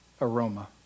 aroma